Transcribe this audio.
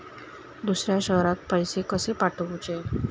दुसऱ्या शहरात पैसे कसे पाठवूचे?